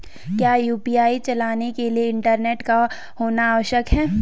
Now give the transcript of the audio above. क्या यु.पी.आई चलाने के लिए इंटरनेट का होना आवश्यक है?